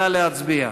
נא להצביע.